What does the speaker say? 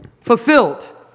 fulfilled